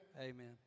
Amen